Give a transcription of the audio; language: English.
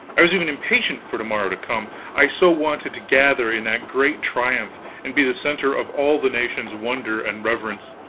i was even impatient for to-morrow to come, i so wanted to gather in that great triumph and be the center of all the nation's wonder and reverence.